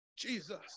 Jesus